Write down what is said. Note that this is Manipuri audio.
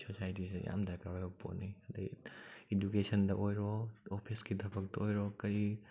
ꯁꯣꯁꯥꯏꯇꯤꯁꯤꯗ ꯌꯥꯝ ꯗꯔꯀꯥꯔ ꯑꯣꯏꯕ ꯄꯣꯠꯅꯤ ꯑꯗꯒꯤ ꯏꯗꯨꯀꯦꯁꯟꯗ ꯑꯣꯏꯔꯣ ꯑꯣꯐꯤꯁꯀꯤ ꯊꯕꯛꯇ ꯑꯣꯏꯔꯣ ꯀꯔꯤ